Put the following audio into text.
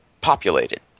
populated